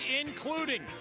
including